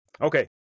Okay